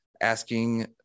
asking